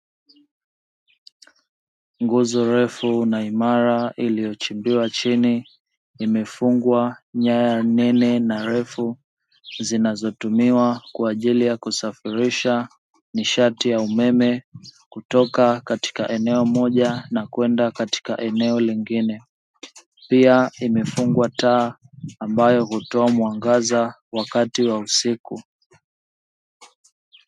Nguzo refu na imara iliyochimbiwa chini, imefungwa nyaya nene na refu, zinazotumiwa kwa ajili ya kusafirisha nishati ya umeme, kutoka katika eneo moja na kwenda katika eneo lingine, pia imefungwa taa ambayo hutoa mwangaza wakati wa usiku.